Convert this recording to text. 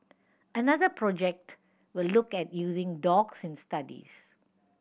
another project will look at using dogs in studies